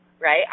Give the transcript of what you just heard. Right